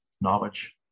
knowledge